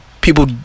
People